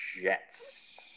Jets